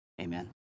Amen